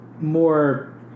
more